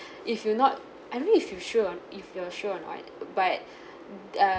if you not I mean if you sure or if you're sure or not but err